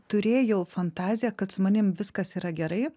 turėjau fantaziją kad su manim viskas yra gerai